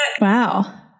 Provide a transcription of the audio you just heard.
Wow